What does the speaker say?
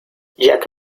jack